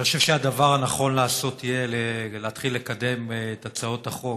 אני חושב שהדבר הנכון לעשות יהיה להתחיל לקדם את הצעות החוק,